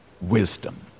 wisdom